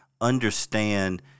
understand